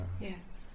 Yes